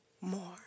more